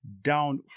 down